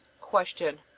Question